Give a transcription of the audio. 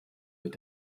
wird